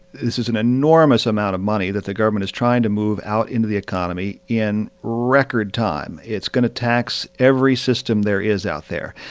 this is an enormous amount of money that the government is trying to move out into the economy in record time. it's going to tax every system there is out there.